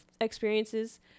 experiences